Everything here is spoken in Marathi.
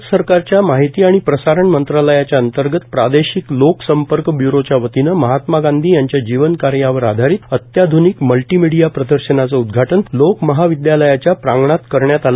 भारत सरकारच्या माहिती आणि प्रसारण मंत्रालयाच्या अंतर्गत प्रादेशिक लोक संपर्क ब्युरोच्या वतीनं महात्मा गांधी यांच्या जीवन कार्यावर आधारित अत्याध्निक मल्टी मीडिया प्रदर्शनाचं उदघाटन लोकमहाविदयालयाच्या प्रांगणात करण्यात आलं